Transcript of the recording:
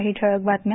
काही ठळक बातम्या